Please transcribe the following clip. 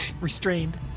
restrained